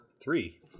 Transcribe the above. three